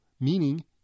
meaning